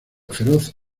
feroz